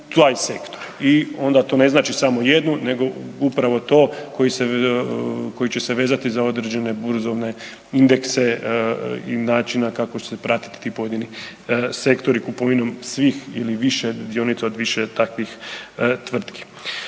I onda to ne znači samo jednu nego upravo to koji će se vezati za određene burzovne indekse i način kako će se pratiti ti pojedini sektori kupovinom svih ili više, dionica od više takvih tvrtki.